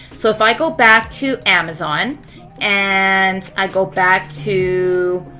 so if i go back to amazon and i go back to,